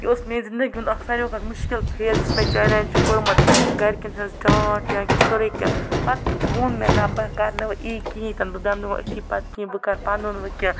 یہِ اوس میٛانہِ زندگی ہُنٛد اَکھ ساروِیو کھۄتہٕ مُشکِل فیز یُس مےٚ چٮ۪لینٛج چھُ کوٚرمُت گَرکٮ۪ن ہٕنٛز ڈانٛٹ یا کہِ سورُے کیٚنٛہہ پتہٕ ووٚن مےٚ نَہ بہٕ کَرنہٕ وۄنۍ یی کِہیٖنۍ تہِ نہٕ بہٕ بِہٮ۪م نہٕ وۄنۍ أتھی پتہٕ کِہیٖنۍ بہٕ کَرٕ پنُن وۄنۍ کیٚنٛہہ